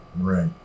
Right